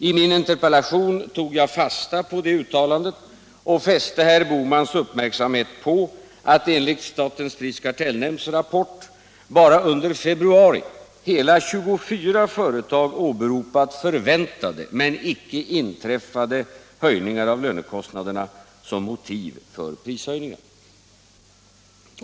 I min interpellation tog jag fasta på det uttalandet och fäste herr Bohmans uppmärksamhet på att enligt statens prisoch kartellnämnds rapport bara under februari hela 24 företag åberopade förväntade men icke inträffade höjningar av lönekostnaderna som motiv för prishöjningar.